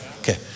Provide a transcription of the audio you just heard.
Okay